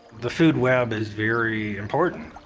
the food web is very important.